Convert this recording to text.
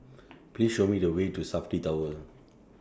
Please Show Me The Way to Safti Tower